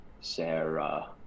Sarah